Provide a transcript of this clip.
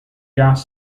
gas